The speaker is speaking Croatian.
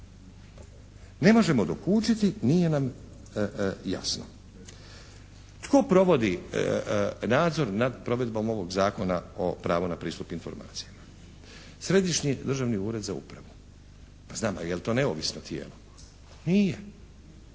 Ne možemo dokučiti, nije nam jasno. Tko provodi nadzor nad provedbom ovog Zakona o pravu na pristup informacijama? Središnji državni ured za upravu. Pa znam, a je li to neovisno tijelo. Nije.